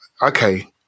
Okay